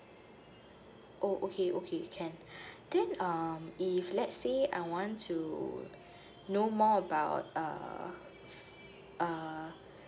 oh okay okay can then um if let's say I want to know more about uh uh